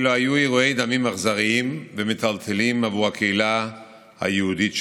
אלו היו אירועי דמים אכזריים ומטלטלים עבור הקהילה היהודית שם.